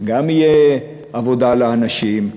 גם תהיה עבודה לאנשים,